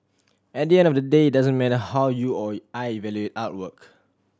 at the end of the day it doesn't matter how you or I evaluate artwork